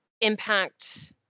impact